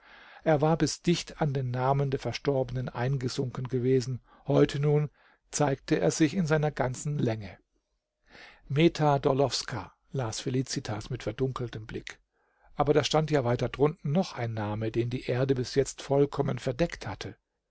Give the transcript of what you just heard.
er war bis dicht an den namen der verstorbenen eingesunken gewesen heute nun zeigte er sich in seiner ganzen länge meta d'orlowska las felicitas mit verdunkeltem blick aber da stand ja weiter drunten noch ein name den die erde bis jetzt vollkommen verdeckt hatte